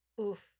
Oof